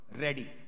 ready